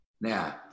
Now